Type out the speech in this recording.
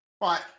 right